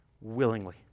willingly